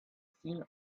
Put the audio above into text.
seen